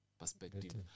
perspective